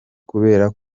kubera